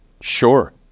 Sure